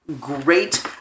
great